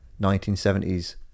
1970s